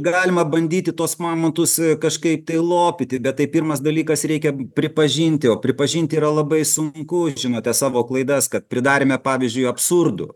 galima bandyti tuos pamatus kažkaip tai lopyti bet tai pirmas dalykas reikia pripažinti o pripažinti yra labai sunku žinote savo klaidas kad pridarėme pavyzdžiui absurdų